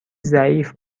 ضعیف